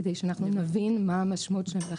כדי שאנחנו נבין מה המשמעות של זה.